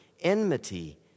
enmity